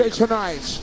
tonight